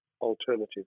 alternative